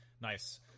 Nice